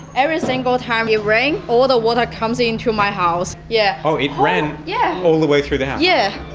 every single time it yeah rains, all the water comes into my house. yeah oh it ran yeah all the way through the house? yeah